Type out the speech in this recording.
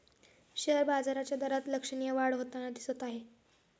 share बाजाराच्या दरात लक्षणीय वाढ होताना दिसत आहे